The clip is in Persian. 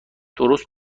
درست